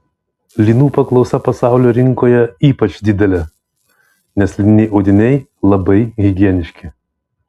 linų paklausa pasaulio rinkoje ypač didelė nes lininiai audiniai labai higieniški